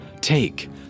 take